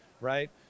right